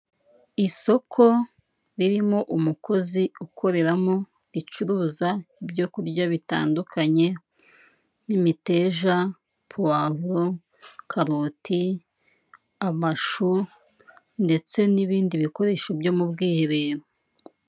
Isoko ririmo umukozi ukoreramo, ricuruza ibyo kurya bitandukanye, nk'imiteja, powavuro, karoti, amashu ndetse n'ibindi bikoresho byo mu bwiherero.